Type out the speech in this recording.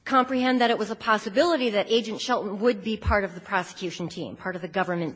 comprehend that it was a possibility that agents would be part of the prosecution team part of the government